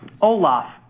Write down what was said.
Olaf